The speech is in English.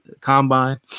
combine